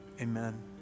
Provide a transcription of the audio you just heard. Amen